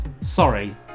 Sorry